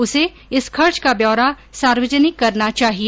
उसे इस खर्च का ब्यौरा सार्वजनिक करना चाहिए